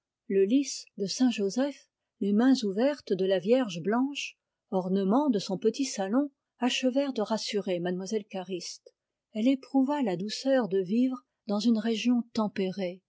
le lis de saint joseph les mains ouvertes de la vierge blanche ornements de son petit salon achevèrent de rassurer mlle cariste elle éprouva la douceur de vivre dans une région tempérée